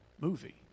movie